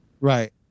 right